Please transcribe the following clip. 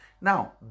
Now